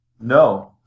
No